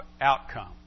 outcome